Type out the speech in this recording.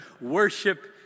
worship